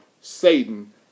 Satan